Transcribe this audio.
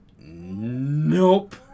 Nope